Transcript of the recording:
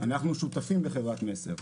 אנחנו שותפים בחברת מסר.